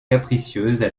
capricieuses